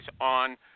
on